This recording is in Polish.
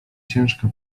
ciężka